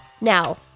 Now